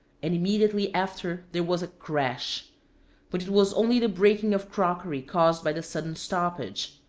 and immediately after there was a crash but it was only the breaking of crockery caused by the sudden stoppage.